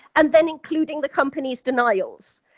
and then including the company's denials.